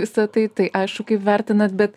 visa tai tai aišku kaip vertinate bet